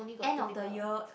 end of the year